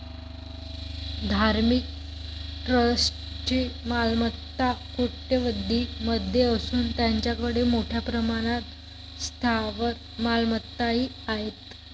धार्मिक ट्रस्टची मालमत्ता कोट्यवधीं मध्ये असून त्यांच्याकडे मोठ्या प्रमाणात स्थावर मालमत्ताही आहेत